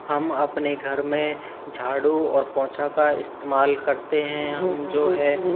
हम अपने घर में झाड़ू और पोंछा का इस्तेमाल करते हैं हम जो है